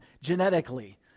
genetically